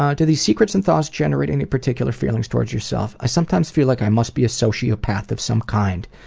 ah do these secrets and thoughts generate any particular feelings toward yourself? i sometimes feel like i must be a sociopath of some kind